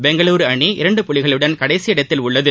பெங்களுரு அணி இரண்டு புள்ளியுடன் கடைசி இடத்தில் உள்ளது